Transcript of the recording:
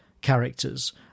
characters